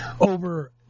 over